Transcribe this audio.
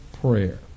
prayer